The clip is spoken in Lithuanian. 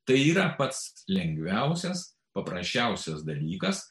tai yra pats lengviausias paprasčiausias dalykas